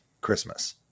Christmas